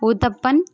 uttapam